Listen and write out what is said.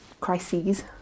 crises